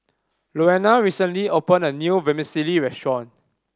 Louanna recently opened a new Vermicelli restaurant